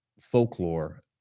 folklore